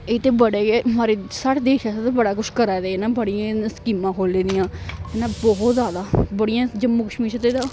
एह् ते बड़े गै महाराज साढ़े देश आस्तै ते बड़ा कुछ करा दे न बड़ियां स्कीमां खोह्ली दियां इ न बहुत जदा बड़ियां जम्मू कश्मीर च ते